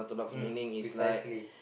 uh precisely